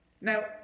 Now